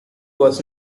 was